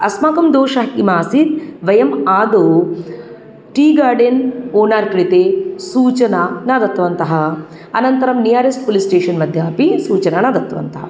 अस्माकं दोषः किमासीत् वयम् आदौ टि गार्डेन् ओनर् कृते सूचना न दतवन्तः अनन्तरं नियरेष्ट् पोलिस् स्टेशन् मध्ये अपि सूचना न दतवन्तः